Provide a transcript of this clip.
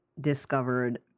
discovered